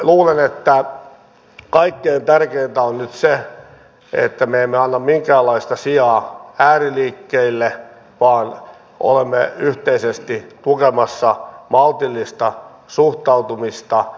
luulen että kaikkein tärkeintä on nyt se että me emme anna minkäänlaista sijaa ääriliikkeille vaan olemme yhteisesti tukemassa maltillista suhtautumista